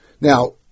Now